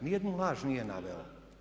Ni jednu laž nije naveo.